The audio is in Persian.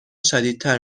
شدیدتر